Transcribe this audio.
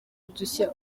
udushya